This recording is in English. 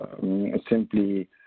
simply